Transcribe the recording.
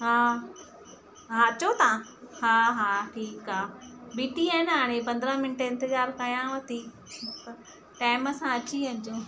हा हा अचो था हा हा ठीकु आहे ॿीठी आहियां न हाणे पंद्रहं मिनट इंतिजारु कयाव थी टाइम सां अची वञिजो